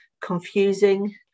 confusing